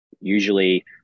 usually